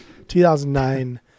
2009